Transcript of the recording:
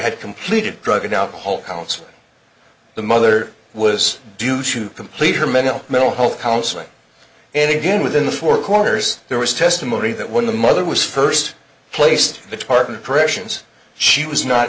had completed drug and alcohol counseling the mother was due to complete her mental mental health counseling and again within the four corners there was testimony that when the mother was first placed the tartan oppressions she was not